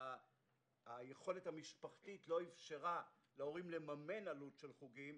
שהיכולת המשפחתית לא אפשרה להורים לממן עלות חוגים,